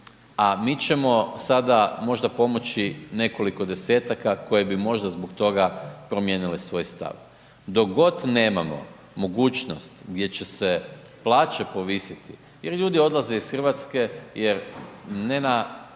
A mi ćemo sada možda pomoći nekoliko desetaka koje bi možda zbog toga promijenile svoj stav. Dok god nemamo mogućnost gdje će se plaće povisiti, jer ljudi odlaze iz Hrvatske jer ne na